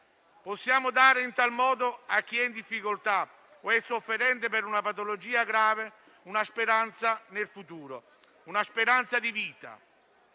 Possiamo dare in tal modo a chi è in difficoltà o è sofferente per una patologia grave una speranza nel futuro, una speranza di vita.